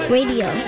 Radio